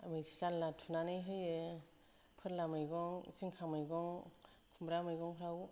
मोनसे जानला थुनानै होयो फोरला मैगं जिंखा मैगं खुमरा मैगंफ्राव